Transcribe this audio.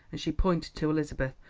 and she pointed to elizabeth,